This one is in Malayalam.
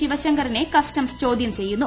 ശിവശങ്കറിനെ കസ്റ്റംസ് ചോദ്യം ചെയ്യുന്നു